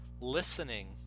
listening